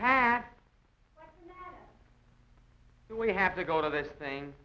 and we have to go to this thing